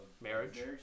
Marriage